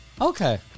Okay